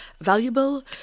valuable